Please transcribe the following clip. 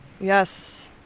Yes